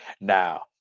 Now